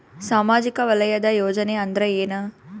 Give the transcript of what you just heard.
ಸಾಮಾಜಿಕ ವಲಯದ ಯೋಜನೆ ಅಂದ್ರ ಏನ?